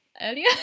earlier